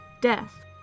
death